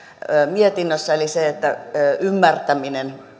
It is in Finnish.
mietinnössä eli se että ymmärtämys